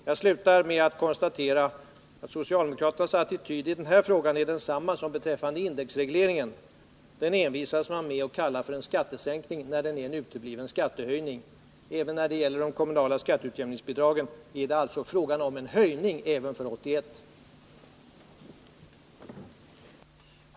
Jag avslutar med att konstatera att socialdemokraternas attityd i denna fråga är densamma som deras attityd beträffande indexregleringen. Indexregleringen envisas socialdemokraterna med att kalla för en skattesänkning, trots att den är en utebliven skattehöjning. Även när det gäller de kommunala skatteutjämningsbidragen är det alltså fråga om en höjning också för 1981.